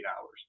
hours